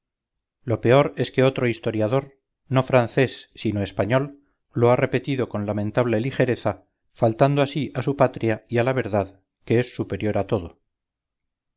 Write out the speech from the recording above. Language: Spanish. lo peor es que otro historiador no francés sino español lo ha repetido con lamentable ligereza faltando así a su patria y a la verdad que es superior a todo